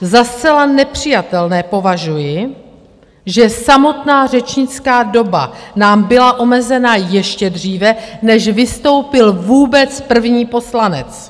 Za zcela nepřijatelné považuji, že samotná řečnická doba nám byla omezena ještě dříve, než vystoupil vůbec první poslanec.